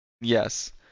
yes